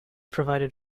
provided